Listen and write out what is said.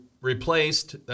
replaced